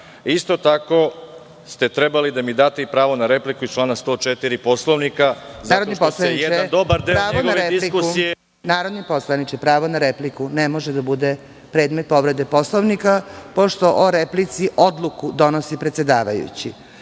tako ste trebali da mi date i pravo na repliku iz člana 104. Poslovnika, zato što se jedan dobar deo njegove diskusije… **Gordana Čomić** Narodni poslaniče, pravo na repliku ne može da bude predmet povrede Poslovnika, pošto o replici odluku donosi predsedavajući.